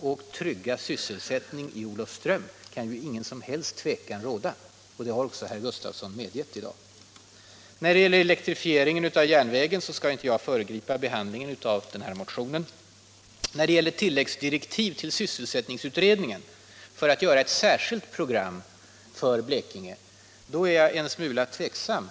om att trygga sysselsättningen i Olofström kan inget som helst tvivel råda. Det har också herr Gustafsson medgett i dag, När det gäller elektrifieringen av järnvägen skall jag inte föregripa behandlingen av den motion som gäller denna fråga. När det gäller tilläggsdirektiv till sysselsättningsutredningen för att göra ett särskilt program för Blekinge är jag emellertid en smula tveksam.